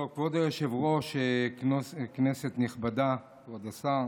כבוד היושב-ראש, כנסת נכבדה, כבוד השר,